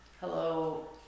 Hello